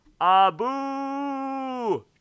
Abu